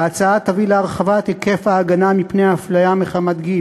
ההצעה תביא להרחבת היקף ההגנה מפני האפליה מחמת גיל,